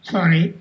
Sorry